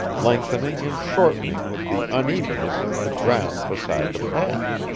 lengthening and shortening with the unevenness of the ground beside the path.